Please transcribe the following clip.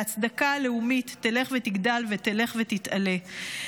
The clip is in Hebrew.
וההצדקה הלאומית תלך ותגדל ותלך ותתעלה.